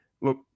look